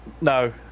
No